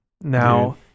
Now